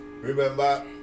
remember